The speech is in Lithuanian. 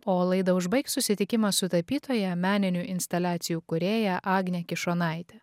o laidą užbaigs susitikimas su tapytoja meninių instaliacijų kūrėja agne kišonaite